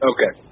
Okay